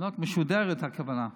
את משודרת, הכוונה.